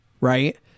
right